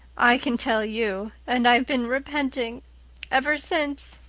i can tell you. and i've been repenting ever since.